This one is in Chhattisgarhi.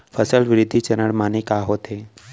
फसल वृद्धि चरण माने का होथे?